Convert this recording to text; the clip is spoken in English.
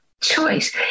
choice